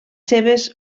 seves